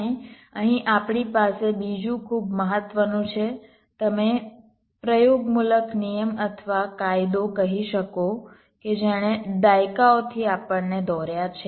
અને અહીં આપણી પાસે બીજું ખૂબ મહત્વનું છે તમે પ્રયોગમૂલક નિયમ અથવા કાયદો કહી શકો કે જેણે દાયકાઓથી આપણને દોર્યા છે